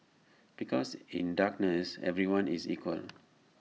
because in darkness everyone is equal